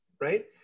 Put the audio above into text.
right